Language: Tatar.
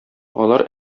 алар